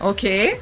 Okay